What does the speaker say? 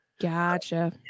Gotcha